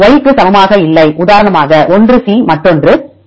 y க்கு சமமாக இல்லை உதாரணமாக ஒன்று C மற்றொன்று T